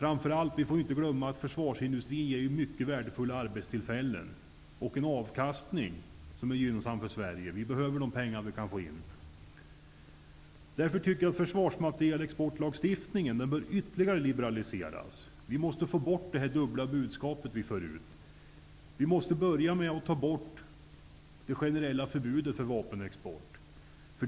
Vi får inte heller glömma att försvarsindustrin skapar många värdefulla arbetstillfällen och ger en avkastning, som är gynnsam för Sverige. Vi behöver de pengar som vi kan få in. Försvarsmaterielexportlagstiftningen bör liberaliseras ytterligare. Vi måste få bort det dubbla budskap som vi för ut. Vi måste avskaffa det generella förbudet mot vapenexport.